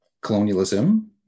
colonialism